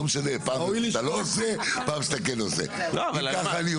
פעם כשאתה לא עושה פעם כשאתה כן עושה.